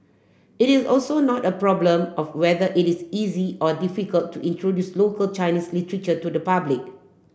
it is also not a problem of whether it is easy or difficult to introduce local Chinese literature to the public